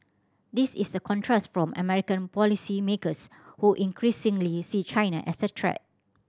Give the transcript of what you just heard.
this is a contrast from American policymakers who increasingly see China as a threat